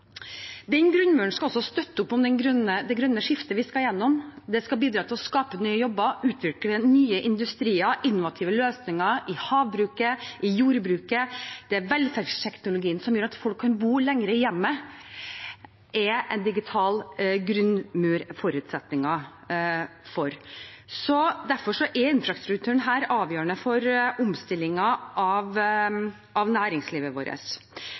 Den grunnmuren skal også støtte opp under det grønne skiftet som vi skal igjennom. Den skal bidra til å skape nye jobber og utvikle ny industri, innovative løsninger innen havbruk og jordbruk og en velferdsteknologi som gjør at folk kan bo lenger hjemme. Det er en digital grunnmur forutsetningen for. Derfor er denne infrastrukturen avgjørende for omstillingen av næringslivet vårt.